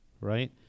right